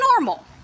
normal